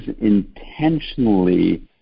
intentionally